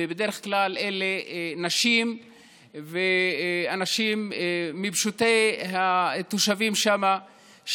ובדרך כלל אלה נשים ואנשים מפשוטי התושבים שם,